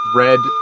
red